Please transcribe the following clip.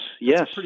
Yes